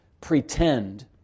pretend